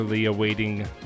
awaiting